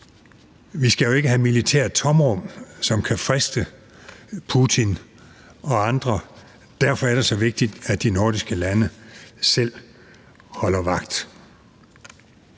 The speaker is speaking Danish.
Vi skal jo ikke have militære tomrum, som kan friste Putin og andre. Derfor er det så vigtigt, at de nordiske lande selv holder vagt.